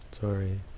Sorry